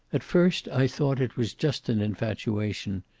at first i thought it was just an infatuation.